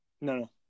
No